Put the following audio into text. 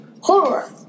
horror